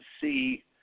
see